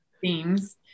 themes